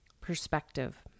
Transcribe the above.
perspective